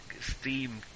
steam